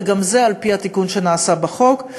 וגם זה על-פי התיקון שנעשה בחוק.